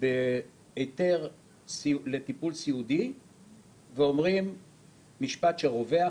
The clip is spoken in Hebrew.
בהיתר לטיפול סיעודי ואומרים משפט שרווח,